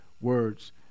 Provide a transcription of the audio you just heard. words